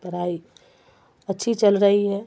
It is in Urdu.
پڑھائی اچھی چل رہی ہے